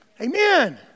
Amen